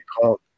called